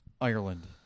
Ireland